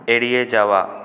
এড়িয়ে যাওয়া